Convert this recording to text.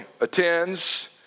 attends